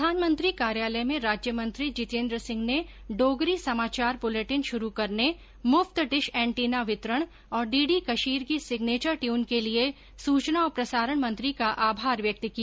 प्रधानमंत्री कार्यालय में राज्यमंत्री जितेन्द्र सिंह ने डोगरी समाचार बुलेटिन शुरू करने मुफ्त डिश एंटिना वितरण और डीडी कशीर की सिग्नेचर ट्यून के लिए सूचना और प्रसारण मंत्री का आभार व्यक्त किया